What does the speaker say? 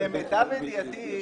אני צריך לבוא?